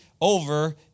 over